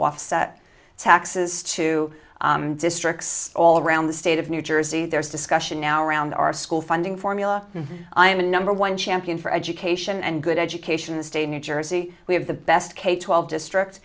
offset taxes to districts all around the state of new jersey there's discussion now around our school funding formula i am a number one champion for education and good education in the state of new jersey we have the best k twelve districts